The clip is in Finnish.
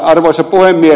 arvoisa puhemies